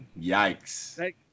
Yikes